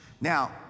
Now